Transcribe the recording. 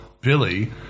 Billy